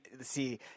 see